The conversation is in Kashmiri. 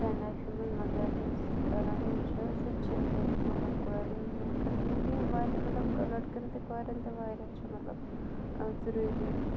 سانہِ لایفہِ منٛز مگر یُس رَنُن چھُ سُہ تہِ چھِ أکِس مطلب کورٮ۪ن نہٕ خٲطرٕ نہٕ کینٛہہ وارٮ۪ن مطلب لٔڑکَن تہِ کورٮ۪ن تہِ واریاہ چھُ مطلب ضٔروٗری